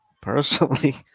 Personally